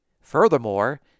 Furthermore